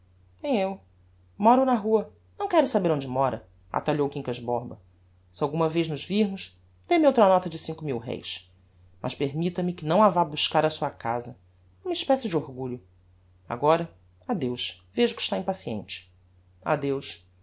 nem eu móro na rua não quero saber onde mora atalhou o quincas borba se alguma vez nos virmos dê-me outra nota de cinco mil réis mas permitta me que não a vá buscar a sua casa é uma especie de orgulho agora adeus vejo que está impaciente